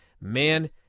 man